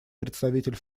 представитель